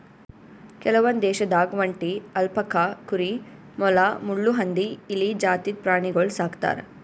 ಕೆಲವೊಂದ್ ದೇಶದಾಗ್ ಒಂಟಿ, ಅಲ್ಪಕಾ ಕುರಿ, ಮೊಲ, ಮುಳ್ಳುಹಂದಿ, ಇಲಿ ಜಾತಿದ್ ಪ್ರಾಣಿಗೊಳ್ ಸಾಕ್ತರ್